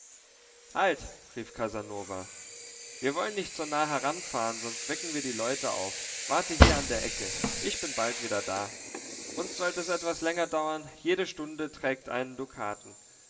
halt rief casanova wir wollen nicht so nah heranfahren sonst wecken wir die leute auf warte hier an der ecke ich bin bald wieder da und sollt es etwas länger dauern jede stunde trägt einen dukaten